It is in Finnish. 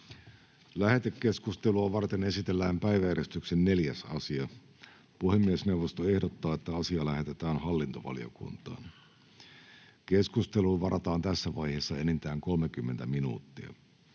Lähetekeskustelua varten esitellään päiväjärjestyksen 6. asia. Puhemiesneuvosto ehdottaa, että asia lähetetään talousvaliokuntaan. Keskusteluun varataan tässä vaiheessa enintään 30 minuuttia.